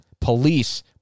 police